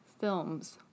films